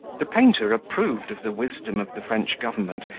the painter approved of the wisdom of the french government,